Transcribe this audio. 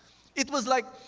it was like.